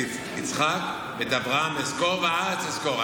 יצחק ואת אברהם אזכור והארץ אזכור.